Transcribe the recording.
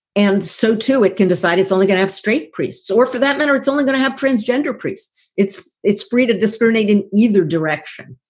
and so, too, it can decide it's only going to have straight priests or for that matter, it's only going to have transgender priests. it's it's free to discriminate in either direction.